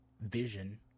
vision